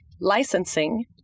licensing